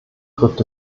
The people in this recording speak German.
trifft